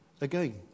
again